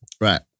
Right